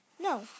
no